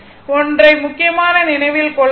ஒன்றை முக்கியமாக நினைவில் கொள்ள வேண்டும்